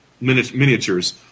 miniatures